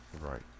Right